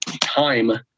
time